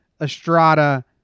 Estrada